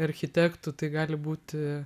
architektų tai gali būti